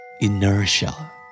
Inertia